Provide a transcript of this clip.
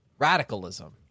Radicalism